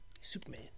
Superman